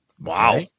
Wow